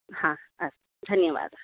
हा अस्तु धन्यवादः